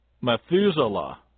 Methuselah